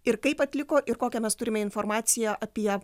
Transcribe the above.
ir kaip atliko ir kokią mes turime informaciją apie